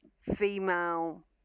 female